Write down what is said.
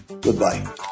Goodbye